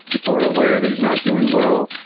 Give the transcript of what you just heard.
people are aware that he's not doing well.